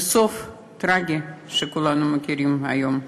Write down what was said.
והסוף, טרגי, כפי שכולנו מכירים היום.